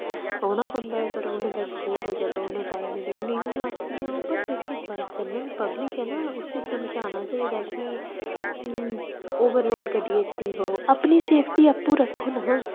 औना पौंदा ऐ पर उ'नें रोज़ स्कूल ते चलो उं'दा टाईम ऐ ते उ'नें ओह् जेह्ड़ी पब्लिक ऐ ना उसी समझाना चाहिदा कि ओवरलोड़ च नेईं ब'वो अपनी सेफ्टी आपूं रक्खो ना